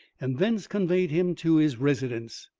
and thence conveyed him to his residence.